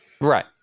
Right